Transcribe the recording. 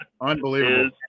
Unbelievable